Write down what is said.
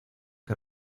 que